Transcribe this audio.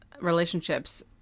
relationships